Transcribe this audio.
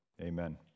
Amen